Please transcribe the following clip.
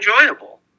enjoyable